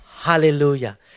Hallelujah